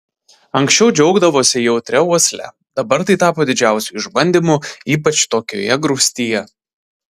anksčiau džiaugdavosi jautria uosle dabar tai tapo didžiausiu išbandymu ypač tokioje grūstyje